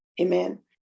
amen